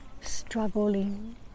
struggling